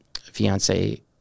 fiance